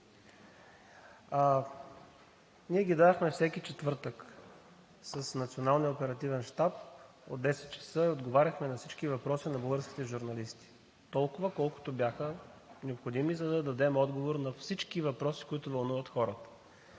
Ние ги давахме всеки четвъртък с Националния оперативен щаб – от 10,00 ч. Отговаряхме на всички въпроси на българските журналисти – толкова, колкото бяха необходими, за да дадем отговор на всички въпроси, които вълнуват хората.